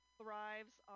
thrives